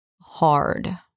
hard